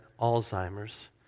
Alzheimer's